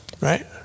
Right